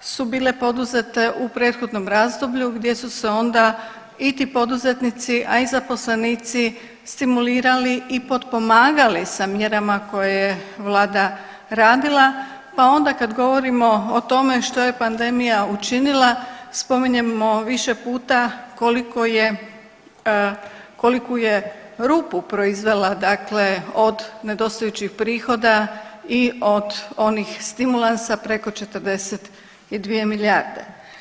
su bile poduzete u prethodnom razdoblju gdje su se onda i ti poduzetnici, a i zaposlenici stimulirali i potpomagali sa mjerama koje je vlada radila, pa onda kad govorimo o tome što je pandemija učinila spominjemo više puta koliko je, koliku je rupu proizvela dakle od nedostajućih prihoda i od onih stimulansa preko 42 milijarde.